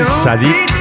sadik